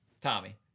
Tommy